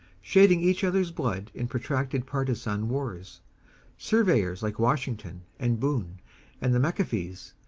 shedding each other's blood in protracted partisan wars surveyors like washington and boone and the mcafees,